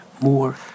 more